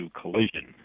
collision